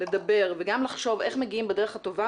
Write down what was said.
לדבר וגם לחשוב איך מגיעים בדרך הטובה